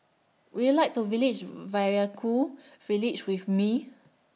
Would YOU like to Village Vaiaku Village with Me